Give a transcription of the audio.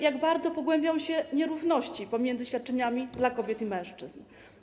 Jak bardzo pogłębią się nierówności między świadczeniami dla kobiet i mężczyzn?